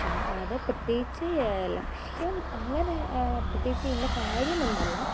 ചുമ്മാ അത് പ്രത്യേകിച്ച് ലക്ഷ്യം അങ്ങനെ പ്രത്യേകിച്ച് ഇന്ന കാര്യം എന്നല്ല